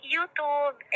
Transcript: YouTube